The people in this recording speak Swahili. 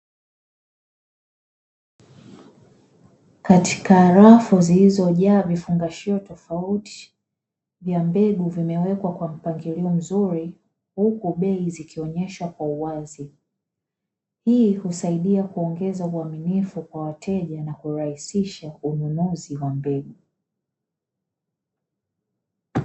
Katika rafu zilizojaa vifungashio tofauti vya mbegu vimewekwa kwa mpangilio mzuri, huku bei zikioneshwa kwa uwazi, hii husaidia kuongeza uaminifu kwa wateja, na kurahisisha ununuzi wa mbegu.